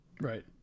Right